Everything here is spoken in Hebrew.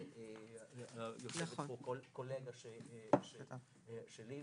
יושבת כאן קולגה שלי...